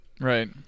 Right